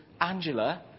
Angela